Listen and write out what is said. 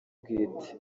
bwite